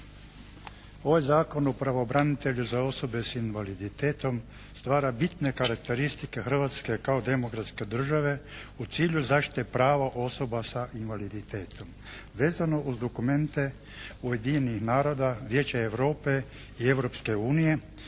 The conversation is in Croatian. Ovaj Zakon o pravobranitelju za osobe s invaliditetom stvara bitne karakteristike Hrvatske kao demokratske države u cilju zaštite prava osoba sa invaliditetom vezano uz dokumente Ujedinjenih naroda, Vijeća Europe i Europske unije